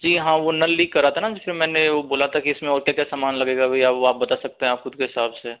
जी हाँ वो नल लीक कर रहा था ना जिससे मैंने बोला था कि इसमें कितना और समान लगेगा वो आप बता सकते हैं आप खुद के हिसाब से